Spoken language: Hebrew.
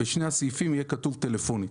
בשני הסעיפים יהיה כתוב טלפונית.